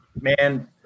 man